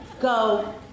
go